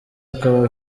akaba